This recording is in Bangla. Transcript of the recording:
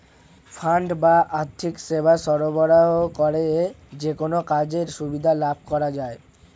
ফান্ড বা আর্থিক সেবা সরবরাহ করে যেকোনো কাজের সুবিধা লাভ করা যায়